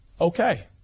okay